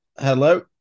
Hello